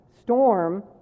storm